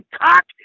cock